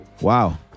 wow